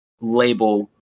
label